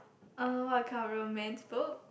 uh what kind of romance book